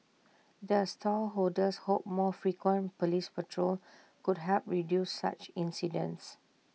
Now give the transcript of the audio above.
the stall holders hope more frequent Police patrol could help reduce such incidents